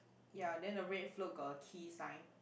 ya then the red float got a key sign